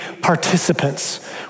participants